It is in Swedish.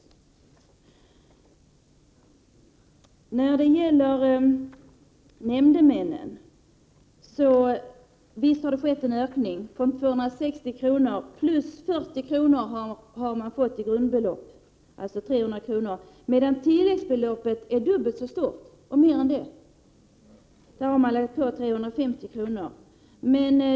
Beträffande ersättningen till nämndemän har det visst föreslagits en höjning från 260 kr. till 300 kr. i grundarvode. Men tilläggsbeloppet är dubbelt så stort, och mer än det. Där har man lagt på 350 kr.